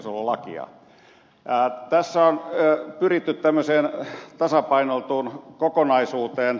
tässä on pyritty tämmöiseen tasapainoiltuun kokonaisuuteen